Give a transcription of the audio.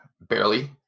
barely